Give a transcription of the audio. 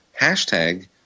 hashtag